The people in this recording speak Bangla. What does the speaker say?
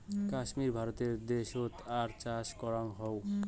কাশ্মীর ভারতে দ্যাশোত আর চাষ করাং হউ